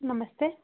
ನಮಸ್ತೇ